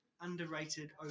underrated